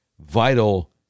vital